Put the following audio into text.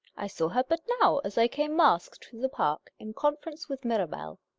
i saw her but now, as i came masked through the park, in conference with mirabell.